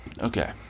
Okay